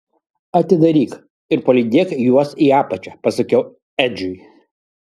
atidaryk ir palydėk juos į apačią pasakiau edžiui